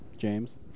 James